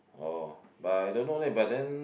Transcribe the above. oh but I don't know leh but then